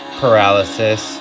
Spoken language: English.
paralysis